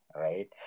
right